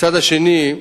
ומצד שני,